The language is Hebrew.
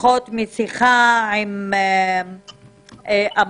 לפחות משיחה עם המנכ"ל,